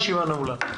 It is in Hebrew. הישיבה נעולה.